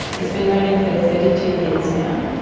it's been running for thirty two years now,